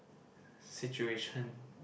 situation